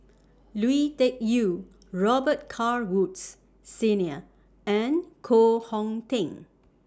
Lui Tuck Yew Robet Carr Woods Senior and Koh Hong Teng